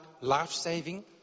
life-saving